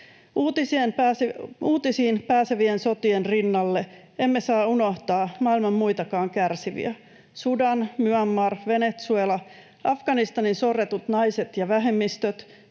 Uutisiin pääsevien sotien rinnalla emme saa unohtaa maailman muitakaan kärsiviä. Sudan, Myanmar, Venezuela, Afganistanin sorretut naiset ja vähemmistöt